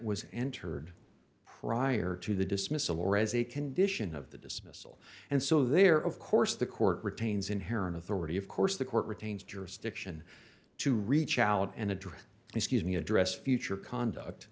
was entered prior to the dismissal or as a condition of the dismissal and so there of course the court retains inherent authority of course the court retains jurisdiction to reach out and address excuse me address future conduct